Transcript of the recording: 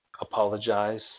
apologize